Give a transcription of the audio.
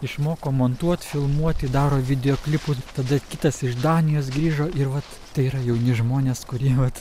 išmoko montuot filmuoti daro videoklipus tada kitas iš danijos grįžo ir vat tai yra jauni žmonės kurie vat